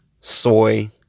soy